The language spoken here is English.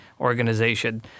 organization